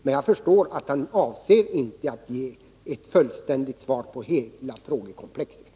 Men industriministern avser alltså inte att ge ett fullständigt svar på hela frågekomplexet.